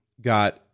got